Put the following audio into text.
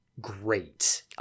great